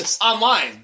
online